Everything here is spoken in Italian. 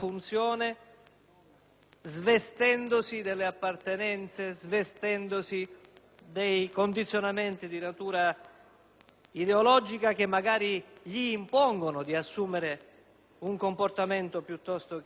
svestendosi delle appartenenze e dei condizionamenti di natura ideologica che magari gli impongono di assumere un comportamento piuttosto che un altro.